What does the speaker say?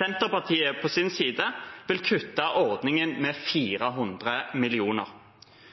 Senterpartiet på sin side vil kutte i ordningen med 400